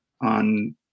on